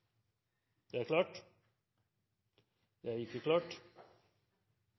Det er klart at det er